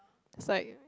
is like